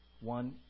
One